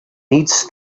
needs